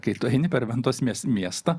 kai tu eini per ventos mes miestą